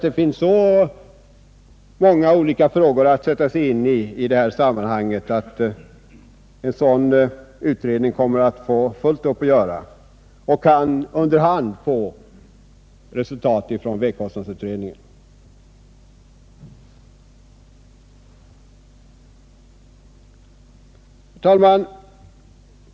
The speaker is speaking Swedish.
Det finns så många olika frågor att sätta sig in i på det här området att en sådan översyn torde få fullt upp att göra, och den kan under hand få resultat från vägkostnadsutredningen.